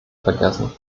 vergessen